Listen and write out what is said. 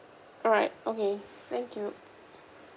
alright okay thank you